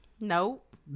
Nope